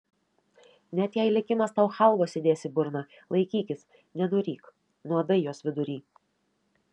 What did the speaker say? net jei likimas tau chalvos įdės į burną laikykis nenuryk nuodai jos vidury